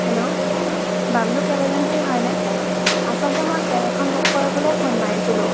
hello Bablu cab agency হয়নে আচলতে মই কেব এখন বুক কৰিবলৈ ফোন মাৰিছিলোঁ